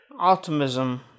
Optimism